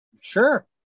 sure